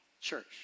church